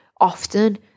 often